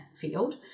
field